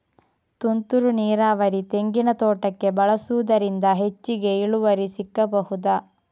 ತುಂತುರು ನೀರಾವರಿ ತೆಂಗಿನ ತೋಟಕ್ಕೆ ಬಳಸುವುದರಿಂದ ಹೆಚ್ಚಿಗೆ ಇಳುವರಿ ಸಿಕ್ಕಬಹುದ?